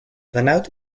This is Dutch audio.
vanuit